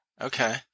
Okay